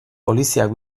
poliziak